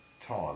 time